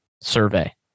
survey